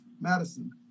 Madison